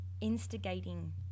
instigating